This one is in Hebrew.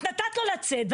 את נתת לו לצאת.